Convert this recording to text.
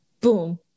Boom